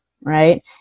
right